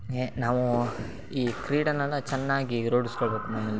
ಏ ನಾವು ಈ ಕ್ರೀಡೆಯನ್ನೆಲ್ಲ ಚೆನ್ನಾಗಿ ರೂಢಿಸ್ಕೊಳ್ಬೇಕ್ ಮನೆಯಲ್ಲಿ